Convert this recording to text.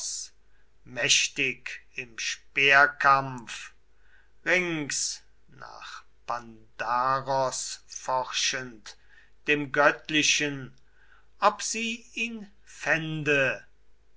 mächtig im speerkampf rings nach pandaros forschend dem göttlichen ob sie ihn fände